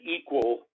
equal